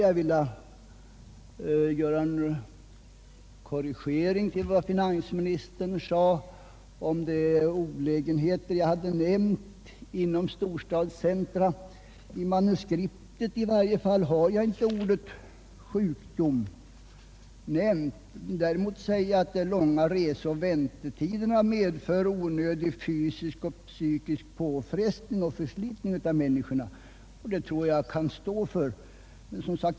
Jag vill göra en korrigering av vad finansministern sade om de olägenheter jag hade nämnt inom storstadscentra. I varje fall står ordet sjukdom inte i mitt manuskript. Däremot sade jag att de långa resoch väntetiderna medför onödigt stor fysisk och psykisk påfrestning och förslitning av människorna, och det tror jag att jag kan stå för.